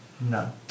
No